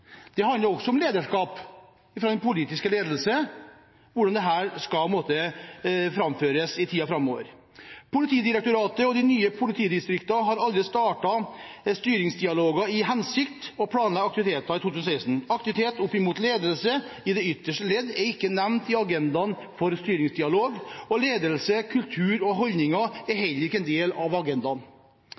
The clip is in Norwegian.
Det handler også om lederskap fra den politiske ledelse når det gjelder hvordan dette skal gjøres i tiden framover. Politidirektoratet og de nye politidistriktene har allerede startet styringsdialoger i den hensikt å planlegge aktiviteter i 2016. Aktivitet opp mot ledelse i det ytterste ledd er ikke nevnt i agendaen for styringsdialog, og ledelse, kultur og holdninger er heller ikke en del av agendaen.